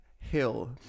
Hill